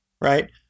right